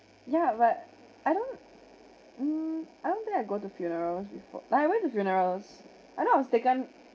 yeah but I don't mm I don't think I go to funerals before ah I went to funerals and I was taken